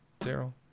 daryl